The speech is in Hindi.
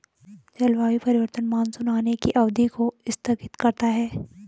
जलवायु परिवर्तन मानसून आने की अवधि को स्थगित करता है